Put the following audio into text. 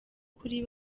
kuri